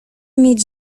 mieć